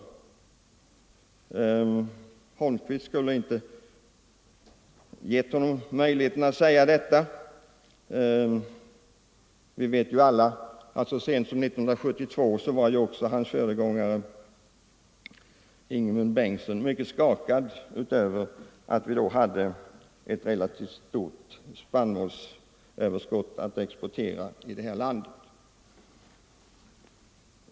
Herr Holmqvist har inte givit honom anledning att dra fram jordbrukspolitiken i Sverige som ett föredöme, och vi vet alla att så sent som 1972 var herr Lundkvists företrädare i ämbetet Ingemund Bengtsson mycket skakad över att vi här i landet hade lyckats bärga en stor skörd och därigenom fått ett relativt stort spannmålsöverskott att exportera.